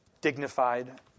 dignified